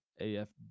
AF